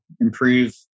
improve